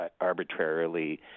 arbitrarily